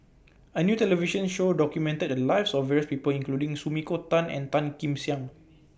A New television Show documented The Lives of various People including Sumiko Tan and Tan Kim Tian